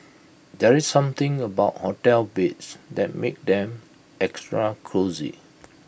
there's something about hotel beds that makes them extra cosy